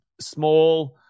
small